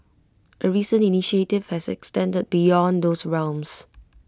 A recent initiative has extended beyond those realms